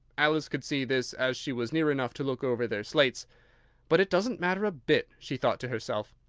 alice could see this, as she was near enough to look over their slates but it doesn't matter a bit, she thought to herself.